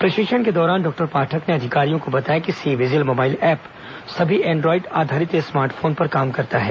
प्रशिक्षण के दौरान डॉक्टर पाठक ने अधिकारियों को बताया कि सी विजिल मोबाईल एप सभी एंड्राइड आधारित स्मार्टफोन पर काम करता है